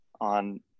on